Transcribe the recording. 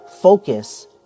Focus